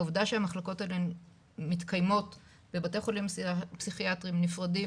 העובדה שהמחלקות האלה מתקיימות בבתי חולים פסיכיאטריים נפרדים,